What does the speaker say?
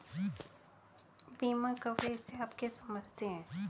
बीमा कवरेज से आप क्या समझते हैं?